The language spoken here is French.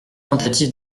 tentative